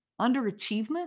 Underachievement